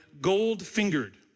gold-fingered